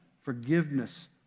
forgiveness